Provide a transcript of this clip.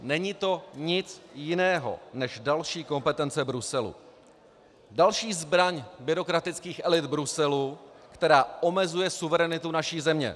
Není to nic jiného než další kompetence Bruselu, další zbraň byrokratických elit Bruselu, která omezuje suverenitu naší země.